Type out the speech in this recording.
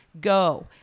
go